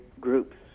groups